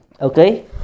okay